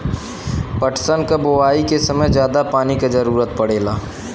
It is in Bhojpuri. पटसन क बोआई के समय जादा पानी क जरूरत पड़ेला